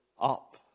up